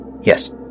Yes